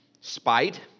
spite